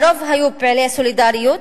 הרוב היו פעילי סולידריות,